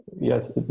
Yes